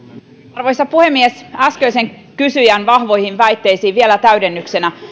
arvoisa puhemies äskeisen kysyjän vahvoihin väitteisiin vielä täydennyksenä